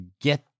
get